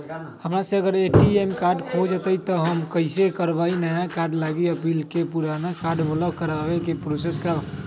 हमरा से अगर ए.टी.एम कार्ड खो जतई तब हम कईसे करवाई नया कार्ड लागी अपील और पुराना कार्ड ब्लॉक करावे के प्रोसेस का बा?